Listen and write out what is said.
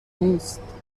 نیست